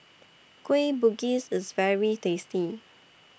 Kueh Bugis IS very tasty